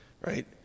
Right